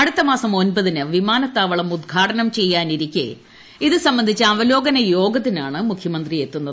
അടുത്തമാസം ഒൻപതിന് വിമാനത്താവളം ഉദ്ഘാടനം ചെയ്യാനിരിക്കെ ഇതുസംബന്ധിച്ച അവലോകന യോഗത്തിനാണ് മുഖ്യമന്ത്രി എത്തുന്നത്